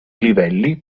livelli